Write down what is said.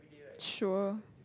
sure